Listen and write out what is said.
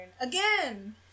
again